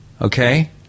okay